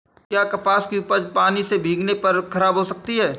क्या कपास की उपज पानी से भीगने पर खराब हो सकती है?